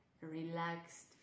relaxed